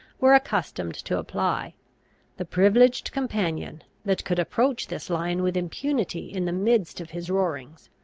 were accustomed to apply the privileged companion, that could approach this lion with impunity in the midst of his roarings.